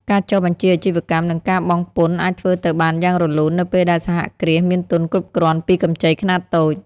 ការចុះបញ្ជីអាជីវកម្ម និងការបង់ពន្ធអាចធ្វើទៅបានយ៉ាងរលូន នៅពេលដែលសហគ្រាសមានទុនគ្រប់គ្រាន់ពីកម្ចីខ្នាតតូច។